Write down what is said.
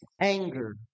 anger